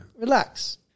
Relax